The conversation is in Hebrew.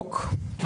החוק לא